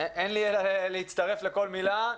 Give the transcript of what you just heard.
אין לי אלא להצטרף לכל מילה.